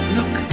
Look